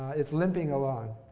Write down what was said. it's limping along.